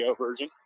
version